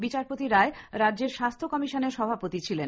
বিচারপতি রায় রাজ্যের স্বাস্থ্য কমিশনের সভাপতি ছিলেন